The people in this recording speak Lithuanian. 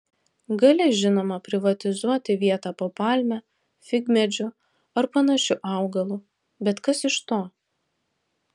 gali žinoma privatizuoti vietą po palme figmedžiu ar panašiu augalu bet kas iš to